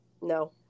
No